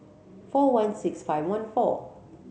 four one six five one four